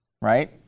right